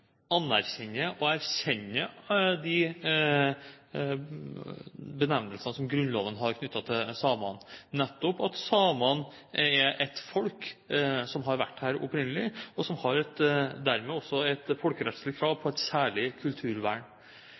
anerkjenne og erkjenne de benevnelsene som Grunnloven har knyttet til samene, nettopp at samene er et folk som har vært her opprinnelig, og som dermed også har et folkerettslig krav på et særlig kulturvern.